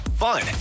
Fun